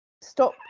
stop